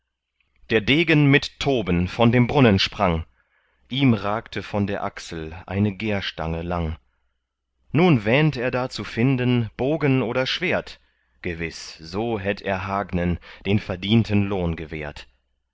der degen mit toben von dem brunnen sprang ihm ragte von der achsel eine gerstange lang nun wähnt er da zu finden bogen oder schwert gewiß so hätt er hagnen den verdienten lohn gewährt